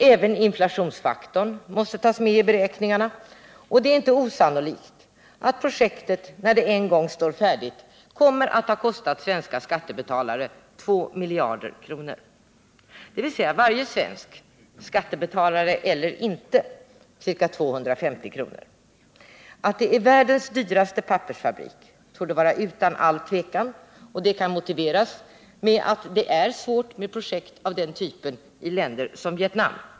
Även inflationsfaktorn måste tas med i beräkningarna, och det är inte osannolikt att projektet, när det en gång står färdigt, kommer att ha kostat svenska skattebetalare 2 miljarder kronor, dvs. varje svensk, skattebetalare eller inte, ca 250 kr. Att det är världens dyraste pappersfabrik torde stå utom allt tvivel. Och det kan motiveras med att det är svårt med projekt av den typen i länder som Vietnam.